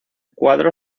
cuadro